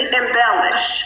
embellish